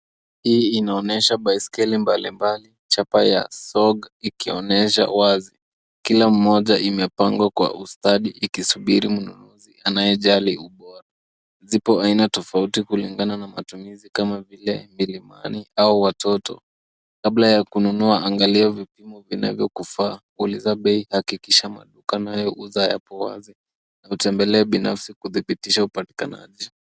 Hii inaonyesha baiskeli mbalimbali, chapa ya Sorg ikionyesha wazi. Kila mmoja imepangwa kwa ustadi ikisubiri mnunuzi anayejali ubora. Zipo aina tofauti kulingana na matumizi kama vile milimani au watoto. Kabla ya kununua angalia vipimo vinavyokufaa, uliza bei, hakikisha maduka yanayouza yapo wazi. Tembelea binafsi kudhibitisha upatikanaji.